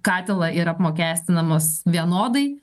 katilą ir apmokestinamos vienodai